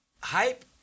hype